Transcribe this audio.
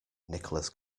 nicholas